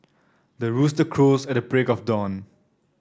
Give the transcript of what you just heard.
the rooster crows at the break of dawn